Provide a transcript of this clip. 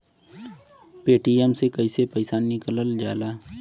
Paytm से कैसे पैसा निकलल जाला?